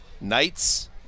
Knights